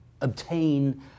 obtain